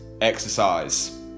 exercise